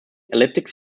epileptic